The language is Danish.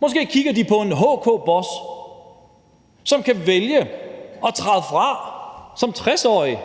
Måske kigger de på en HK-boss, som kan vælge at træde fra som 60-årig,